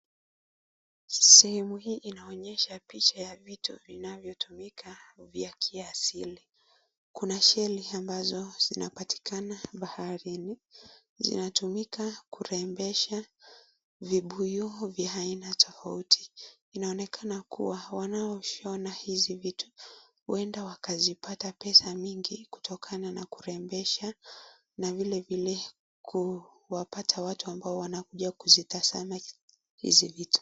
Sehemu hii inaonyesha picha ya vitu inayotumika vya kiasili kuna shelli ambazo zinapatikana baharini. Inatumika kurembesha vibuyu vya aina tofauti inaonekana kuwa wanaoshona hizi vitu huenda wakazipata pesa mingi. Kutokana na kurembesha na vilevile kuwapata watu ambao wanakuja kuzitazama hizi vitu.